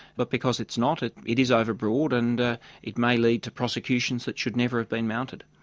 but because it's not ah it is over-broad and ah it may lead to prosecutions that should never have been mounted.